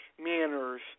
manners